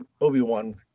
obi-wan